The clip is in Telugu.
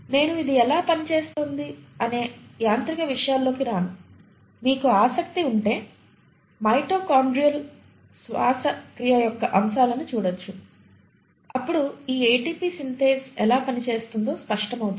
నేను ఇది ఎలా పనిచేస్తుందో అనే యాంత్రిక విషయాల్లోకి రాను మీకు ఆసక్తి ఉంటే మైటోకాన్డ్రియల్ శ్వాసక్రియ యొక్క అంశాలను చూడవచ్చు అప్పుడు ఈ ATP సింథేస్ ఎలా పనిచేస్తుందో స్పష్టమవుతుంది